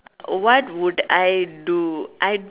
what would I do I